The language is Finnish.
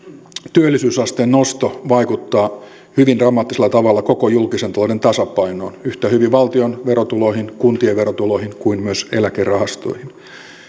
työllisyysasteen nosto vaikuttaa hyvin dramaattisella tavalla koko julkisen talouden tasapainoon yhtä hyvin valtion verotuloihin kuntien verotuloihin kuin myös eläkerahastoihin